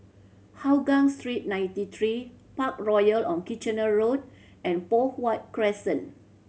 Hougang Street Ninety Three Parkroyal on Kitchener Road and Poh Huat Crescent